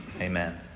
Amen